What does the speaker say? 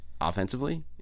offensively